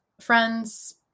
friends